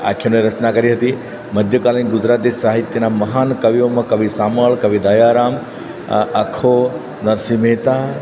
આખ્યાનોની રચના કરી હતી મધ્યકાલીન ગુજરાતી સાહિત્યના મહાન કવિઓમાં કવિ શામળ કવિ દયારામ અખો નરસિંહ મહેતા